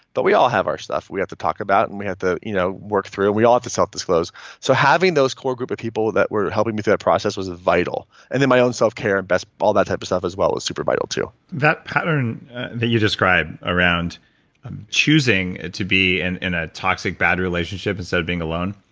but we all have our stuff we have to talk about and we had to you know work through and we all have to self disclose so having those core group of people that were helping me through that process was vital. and then my own self care and best, all that type of stuff as well as super vital too that pattern that you described around choosing to be in in a toxic, bad relationship instead of being alone.